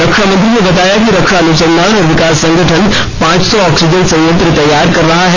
रक्षा मंत्री ने बताया कि रक्षा अनुसंधान और विकास संगठन पांच सौ ऑक्सीजन संयंत्र तैयार कर रहा है